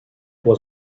was